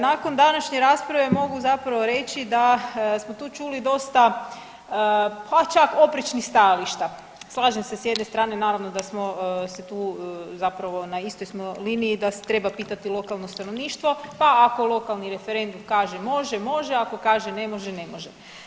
Nakon današnje rasprave mogu zapravo reći da smo tu čuli dosta pa čak oprečnih stajališta, slažem se s jedne strane naravno da smo se tu zapravo na istoj smo liniji i da treba pitati lokalno stanovništvo, pa ako lokalni referendum kaže može, može, ako kaže ne može, ne može.